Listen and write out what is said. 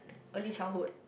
early childhood